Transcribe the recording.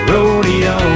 Rodeo